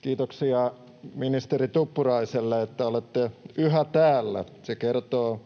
Kiitoksia ministeri Tuppuraiselle, että olette yhä täällä. Se kertoo